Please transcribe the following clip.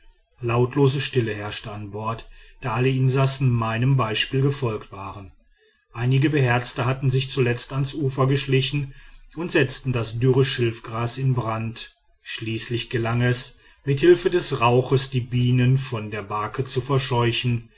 lautlose stille herrschte an bord da alle insassen meinem beispiel gefolgt waren einige beherzte hatten sich zuletzt ans ufer geschlichen und setzten das dürre schilfgras in brand schließlich gelang es mit hilfe des rauchs die bienen von der barke zu verscheuchen